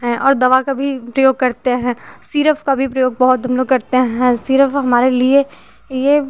हैं और दवा का भी प्रयोग करते हैं सिरफ़ का भी प्रयोग बहुत हम लोग करते हैं सिरप हमारे लिए ये